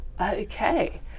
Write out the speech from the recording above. Okay